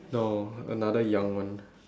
no another young one